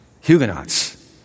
Huguenots